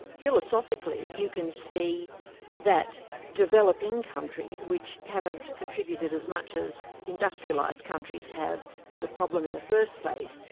philosophically, you can see that developing countries, which haven't contributed as much as industrialised countries have to the problem in the first place,